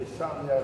קיסריה,